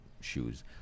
shoes